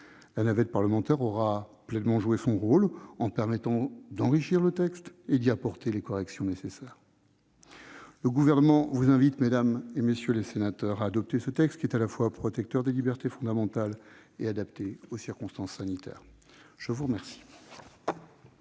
La navette parlementaire aura pleinement joué son rôle, en permettant d'enrichir le texte et d'y apporter les corrections nécessaires. Le Gouvernement vous invite, mesdames, messieurs les sénateurs, à adopter ce texte, qui est à la fois protecteur des libertés fondamentales et adapté aux circonstances sanitaires. La parole